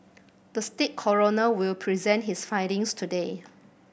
the state coroner will present his findings today